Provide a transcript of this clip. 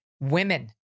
women